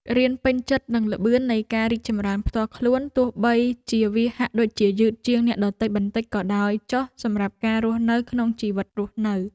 រៀនពេញចិត្តនឹងល្បឿននៃការរីកចម្រើនផ្ទាល់ខ្លួនទោះបីជាវាហាក់ដូចជាយឺតជាងអ្នកដទៃបន្តិចក៏ដោយចុះសម្រាប់ការរស់នៅក្នុងជីវិតរស់នៅ។